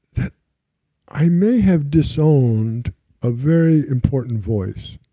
that i may have disowned a very important voice,